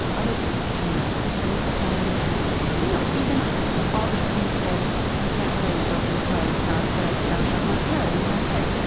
other people can. and and you know even augustine said you can't kill yourself because god said thou shalt not kill, and that's it.